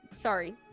sorry